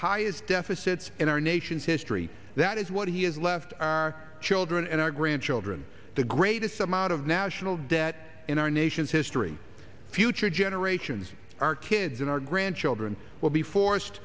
highest deficits in our nation's history that is what he has left our children and our grandchildren the greatest amount of national debt in our nation's history future generations our kids and our grandchildren will be forced